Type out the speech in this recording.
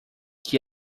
que